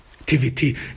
activity